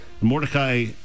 Mordecai